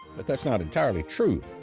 but that's not entirely true.